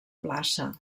plaça